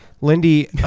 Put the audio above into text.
Lindy